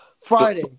Friday